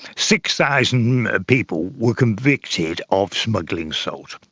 six thousand people were convicted of smuggling salt.